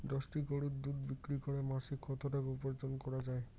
দশটি গরুর দুধ বিক্রি করে মাসিক কত টাকা উপার্জন করা য়ায়?